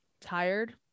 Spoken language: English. tired